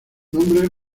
nombre